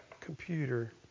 computer